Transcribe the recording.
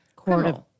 Court